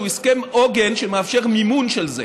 שהוא הסכם עוגן שמאפשר מימון של זה.